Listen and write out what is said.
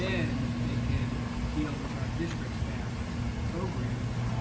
then they can deal with our district staff on programs.